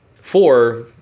Four